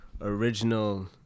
original